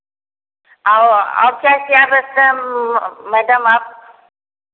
और और क्या क्या बेचते हैं मैडम आप